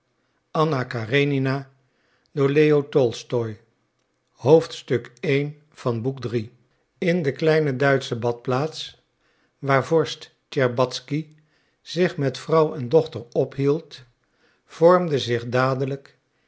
in de kleine duitsche badplaats waar vorst tscherbatzky zich met vrouw en dochter ophield vormde zich dadelijk